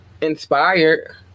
inspired